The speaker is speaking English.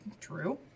true